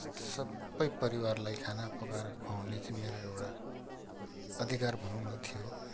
सबै परिवारलाई खाना पकाएर खुवाउने चाहिँ मेरो एउटा अधिकार भनौँ न थियो